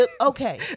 Okay